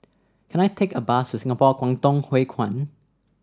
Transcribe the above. can I take a bus to Singapore Kwangtung Hui Kuan